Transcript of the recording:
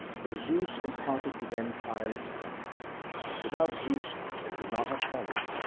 for zeus imparted to them tireless strength but without zeus they could not have followed,